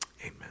Amen